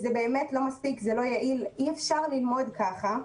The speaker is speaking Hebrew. זה לא מספיק, זה לא יעיל ואי אפשר ללמוד ככה.